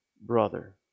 brother